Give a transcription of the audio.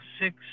six